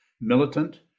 militant